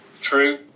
True